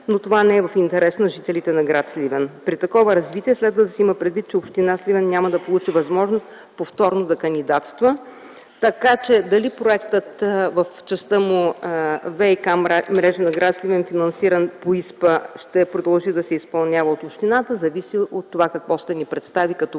но това не е в интерес на жителите на гр. Сливен. При такова развитие следва да се има предвид, че община Сливен няма да получи възможност повторно да кандидатства. Така че дали проектът в частта му ВиК мрежа на гр. Сливен, финансиран по ИСПА, ще продължи да се изпълнява от общината зависи от това какво ще ни представи като план и